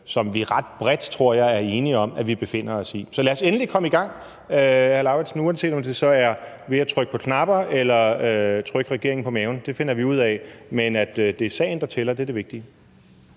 som vi ret bredt, tror jeg, er enige om at vi befinder os i. Så lad os endelig komme i gang, uanset om det er ved at trykke på knappen eller ved at trykke regeringen på maven. Det finder vi ud af. Det vigtige er, at det er sagen, der tæller. Kl. 12:08 Anden